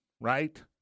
right